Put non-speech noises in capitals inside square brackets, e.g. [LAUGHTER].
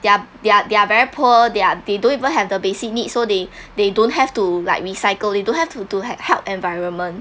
they're they're they're very poor they're they don't even have the basic needs so they [BREATH] they don't have to like recycle it don't have to to have help environment